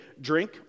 drink